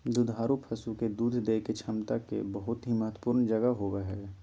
दुधारू पशु के दूध देय के क्षमता के बहुत ही महत्वपूर्ण जगह होबय हइ